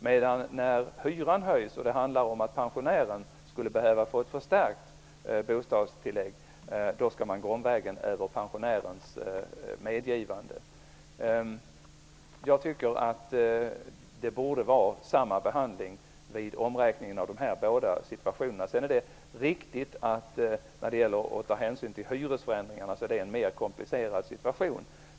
Men när hyran höjs och pensionären skulle behöva ett förstärkt bostadstillägg skall man gå omvägen över pensionärens medgivande. Jag tycker att det borde vara samma behandling vid omräkningen i dessa båda situationer. Sedan är det riktigt att det uppstår en mer komplicerad situation när man skall ta hänsyn till hyresförändringarna.